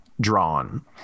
drawn